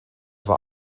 war